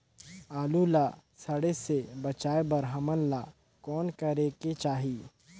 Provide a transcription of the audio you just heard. आलू ला सड़े से बचाये बर हमन ला कौन करेके चाही?